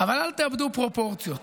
אבל אל תאבדו פרופורציות.